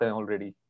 already